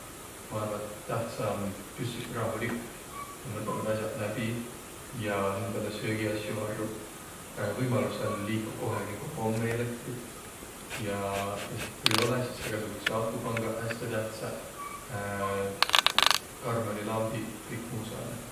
Ma arva, et tähtsä om püssüq rahulik ja mõtõldaq as'aq läbi ja hindäle söögiasjo varruq. Võimalusõl liikuq kohegi, koh om eelektrit, ja esiki ku ei olõq, sis egäsugudsõq akupangaq häste tähtsäq, karmanilambiq, kõik muu sääne.